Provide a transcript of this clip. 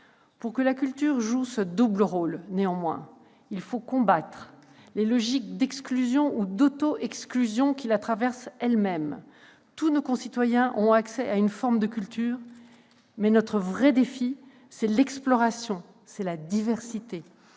pour que la culture joue ce double rôle, il faut combattre les logiques d'exclusion ou d'auto-exclusion qui la traversent elle-même. Tous nos citoyens ont accès à une forme de culture, mais, notre vrai défi, c'est l'exploration, la diversité.